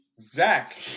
Zach